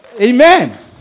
Amen